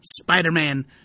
Spider-Man